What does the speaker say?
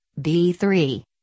B3